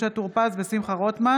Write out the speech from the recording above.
משה טור פז ושמחה רוטמן